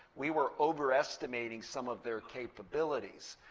we were overestimating some of their capabilities.